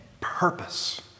purpose